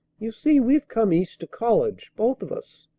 you see we've come east to college, both of us.